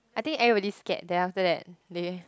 I think everybody scared then after that they